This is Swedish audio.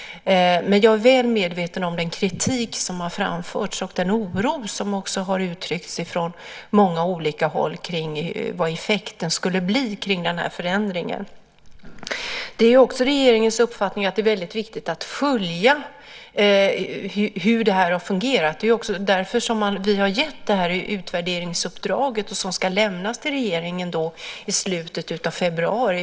Men jag är väl medveten om den kritik som har framförts och om den oro som har uttryckts från många olika håll kring vad effekten skulle bli av den här förändringen. Det är regeringens uppfattning att det är viktigt att följa hur bidragssystemet har fungerat. Det är därför som vi har gett det här utvärderingsuppdraget, och rapporten ska lämnas till regeringen i slutet av februari.